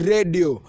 Radio